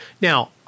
Now